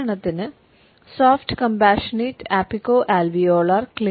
ഉദാഹരണത്തിന് soft compassionate apico alveolar